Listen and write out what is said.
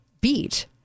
beat